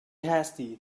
hasty